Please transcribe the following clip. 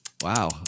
Wow